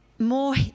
More